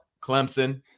Clemson